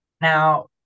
Now